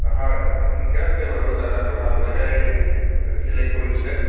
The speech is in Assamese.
হয় হয় ঠিকে আছে বাৰু জেগাটো ভাল জেগাই ছিলেক্ট কৰিছে